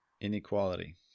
inequality